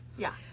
yeah.